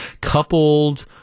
coupled